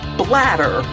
bladder